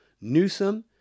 Newsom